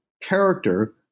character